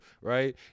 right